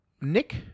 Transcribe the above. Nick